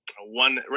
one